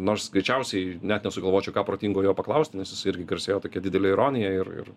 nors greičiausiai net nesugalvočiau ką protingo jo paklausti nes jisai irgi garsėjo tokia didele ironija ir ir